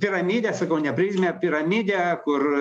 piramidė sakau ne prizmė piramidė kur